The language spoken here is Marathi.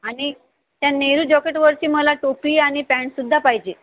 आणि त्या नेहरू जॉकेटवरती मला टोपी आणि पॅन्टसुद्धा पाहिजे